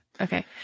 Okay